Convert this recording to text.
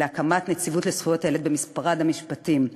היא להקמת נציבות לזכויות הילד במשרד המשפטים.